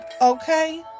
okay